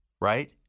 right